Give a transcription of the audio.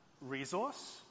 resource